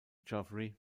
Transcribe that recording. geoffrey